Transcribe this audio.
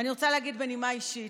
ואני רוצה להגיד בנימה אישית,